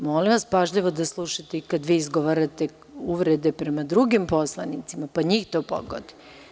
Molim vas pažljivo da slušate i kada vi izgovarate uvrede prema drugim poslanicima, pa njih to pogodi.